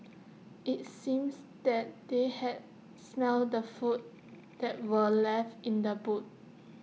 IT seems that they had smelt the food that were left in the boot